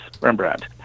Rembrandt